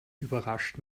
überrascht